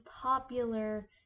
popular